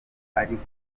ariko